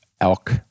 elk